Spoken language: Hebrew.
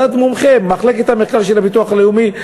אנשי מחלקת המחקר של הביטוח הלאומי,